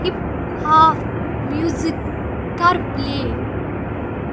hip hop music کر پٕلے